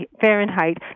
Fahrenheit